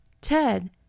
Ted